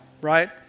right